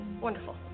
Wonderful